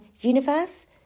universe